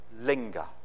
linger